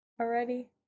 already